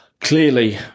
Clearly